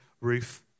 roof